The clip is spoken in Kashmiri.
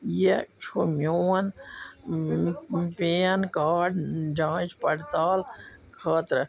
یہِ چھُ میٛون پین کارڈ جانٛچ پڑتال خٲطرٕ